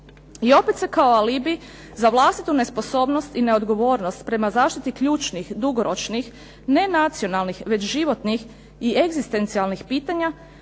I opet se kao alibi za vlastitu nesposobnost i neodgovornost prema zaštiti ključnih, dugoročnih, ne nacionalnih već životnih i egzistencijalnih pitanja